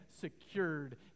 secured